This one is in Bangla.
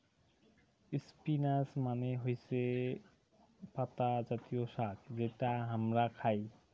স্পিনাচ মানে হৈসে পাতা জাতীয় শাক যেটা হামরা খাই